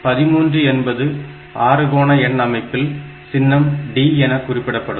13 என்பது அறுகோண எண் அமைப்பில் சின்னம் D என குறிப்பிடப்படும்